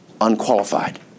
unqualified